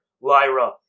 Lyra